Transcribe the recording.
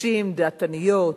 נשים דעתניות,